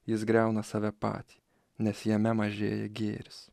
jis griauna save patį nes jame mažėja gėris